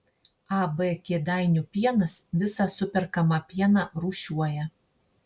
ab kėdainių pienas visą superkamą pieną rūšiuoja